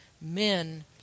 men